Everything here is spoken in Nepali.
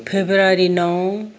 फेब्रुअरी नौ